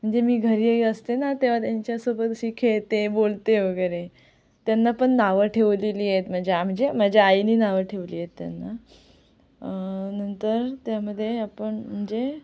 म्हणजे मी घरी असते ना तेव्हा त्यांच्यासोबत अशी खेळते बोलते वगैरे त्यांना पण नावं ठेवलेली आहेत म्हणजे आ म्हणजे माझ्या आईने नावं ठेवली आहेत त्यांना नंतर त्यामध्ये आपण म्हणजे